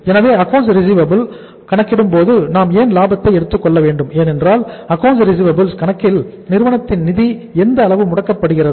எனவே accounts receivable கணக்கில் நிறுவனத்தின் நிதி எந்த அளவு முடக்கப்படுகிறது